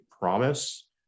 promise